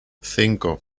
cinco